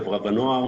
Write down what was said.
חברה ונוער,